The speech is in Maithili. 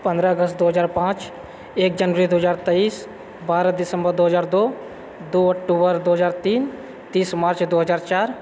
पन्द्रह अगस्त दू हजार पाँच एक जनवरी दू हजार तेइस बारह दिसम्बर दू हजार दू दू अक्टूबर दू हजार तीन तीस मार्च दू हजार चारि